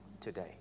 today